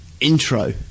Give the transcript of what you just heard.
intro